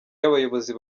y’abayobozi